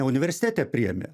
universitete priėmė